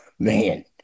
Man